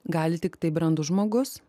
gali tiktai brandus žmogus